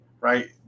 right